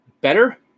better